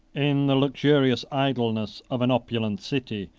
in the luxurious idleness of an opulent city,